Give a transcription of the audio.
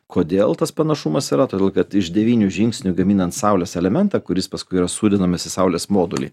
kodėl tas panašumas yra todėl kad iš devynių žingsnių gaminant saulės elementą kuris paskui yra sudedamas į saulės modulį